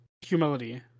humility